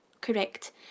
correct